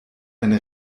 eine